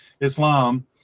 Islam